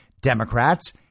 Democrats